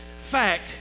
Fact